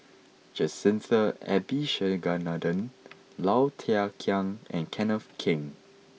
Jacintha Abisheganaden Low Thia Khiang and Kenneth Keng